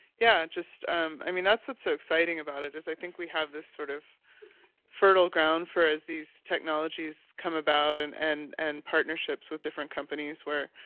yeah just um i mean, that's what's so exciting about it because i think we have this sort of fertile ground for as these technologies come about and and and partnerships with different companies where,